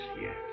yes